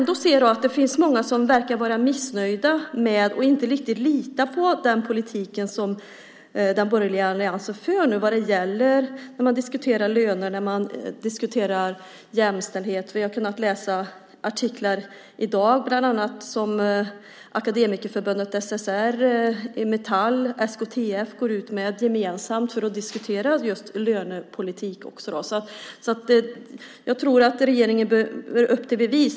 Det finns många som verkar vara missnöjda med och inte riktigt litar på den politik som den borgerliga alliansen för vad gäller löner och jämställdhet. Vi har i dag kunnat läsa en artikel som akademikerförbundet SSR, Metall och SKTF går ut med gemensamt om just lönepolitik. Jag tror att regeringen bör upp till bevis.